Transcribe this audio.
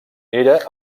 era